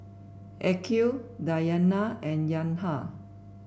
Aqil Diyana and Yahya